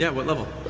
yeah what level?